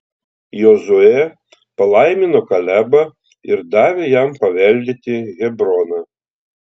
jozuė palaimino kalebą ir davė jam paveldėti hebroną